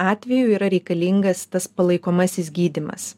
atveju yra reikalingas tas palaikomasis gydymas